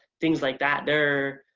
things like that. there are